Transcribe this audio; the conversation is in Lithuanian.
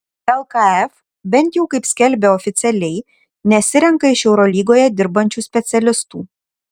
lkf bent jau kaip skelbia oficialiai nesirenka iš eurolygoje dirbančių specialistų